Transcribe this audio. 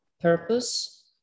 purpose